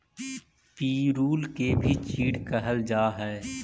पिरुल के भी चीड़ कहल जा हई